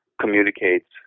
communicates